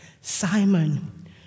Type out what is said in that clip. Simon